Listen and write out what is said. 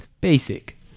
basic